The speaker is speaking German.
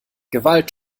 gewalt